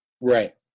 Right